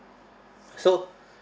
so